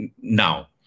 now